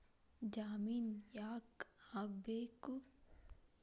ಜಾಮಿನ್ ಯಾಕ್ ಆಗ್ಬೇಕು?